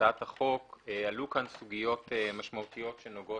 הצעת החוק עלו כאן סוגיות משמעותיות שנוגעות